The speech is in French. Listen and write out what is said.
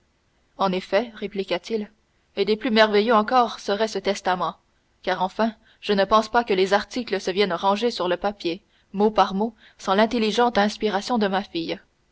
en effet répliqua-t-il et plus merveilleux encore serait ce testament car enfin je ne pense pas que les articles se viennent ranger sur le papier mot par mot sans l'intelligente inspiration de ma fille